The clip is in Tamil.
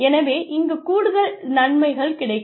எனவே இங்குக்கூடுதல் நன்மைகள் கிடைக்கும்